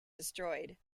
destroyed